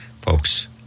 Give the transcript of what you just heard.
Folks